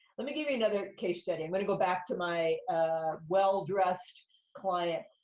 let me give you another case study. i'm gonna go back to my well-dressed client.